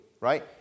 right